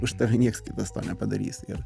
už tave niekas kitas to nepadarys ir